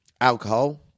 alcohol